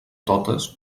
totes